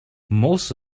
most